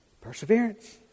Perseverance